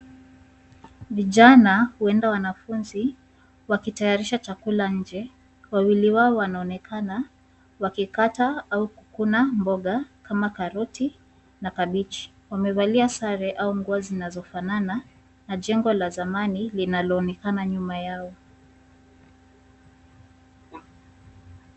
Vijana huenda wanafunzi wakitayarisha chakula nje, wawili wao wanaonekana wakikata au kukuna mboga kama karoti na kabichi. Wamevalia sare au nguo zinazofanana na jengo la zamani linaloonekana nyuma yao.